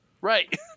Right